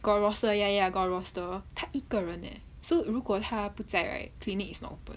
got roster ya ya got roster 他一个人 leh so 如果他不在 right clinic is not open